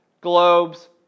globes